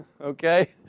okay